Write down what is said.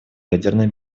ядерной